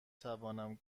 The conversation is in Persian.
توانم